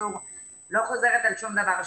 ובקיצור לא חוזרת על שום דבר שנאמר.